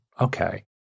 Okay